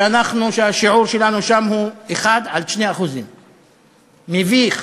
שהשיעור שלנו שם הוא 1% 2%. מביך.